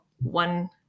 one